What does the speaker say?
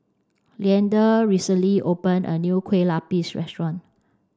Leander recently opened a new Kue Lupis restaurant